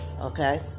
okay